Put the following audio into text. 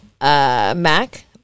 Mac